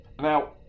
now